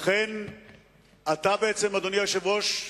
לכן אתה בעצם, אדוני היושב-ראש,